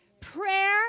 prayer